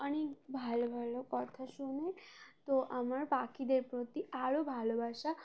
অনেক ভালো ভালো কথা শুনে তো আমার পাখিদের প্রতি আরও ভালোবাসা